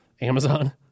Amazon